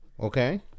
Okay